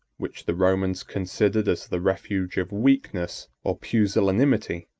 which the romans considered as the refuge of weakness or pusillanimity,